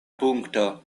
punkto